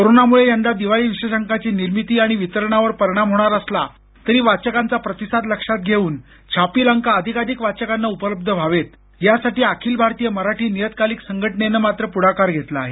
कोरोनामुळे यंदा दिवाळी विशेषांकाची निर्मिती आणि वितरणावर परिणाम होणार असला तरी वाचकांचा प्रतिसाद लक्षात घेऊन छापील अंक अधिकाधिक वाचकांना उपलब्ध व्हावेत यासाठी अखिल भारतीय मराठी नियतकालिक संघटनेनं मात्र पुढाकार घेतला आहे